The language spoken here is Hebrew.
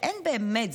אין באמת,